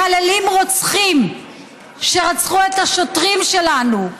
מהללים רוצחים שרצחו את השוטרים שלנו,